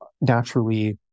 naturally